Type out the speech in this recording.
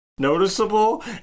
noticeable